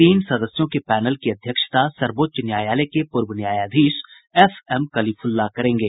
तीन सदस्यों के पैनल की अध्यक्षता सर्वोच्च न्यायालय के पूर्व न्यायाधीश एफ एम कलीफुल्ला करेंगे